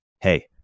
Hey